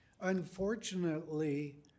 Unfortunately